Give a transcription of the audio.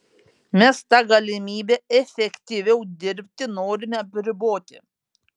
mes tą galimybę efektyviau dirbti norime apriboti